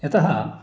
यतः